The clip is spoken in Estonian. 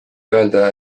öelda